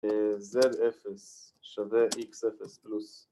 z0 שווה x0 פלוס